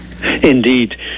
Indeed